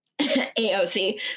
AOC